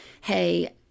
Hey